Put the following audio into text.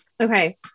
Okay